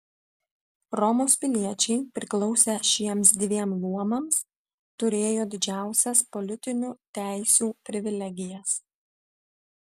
romos piliečiai priklausę šiems dviem luomams turėjo didžiausias politiniu teisių privilegijas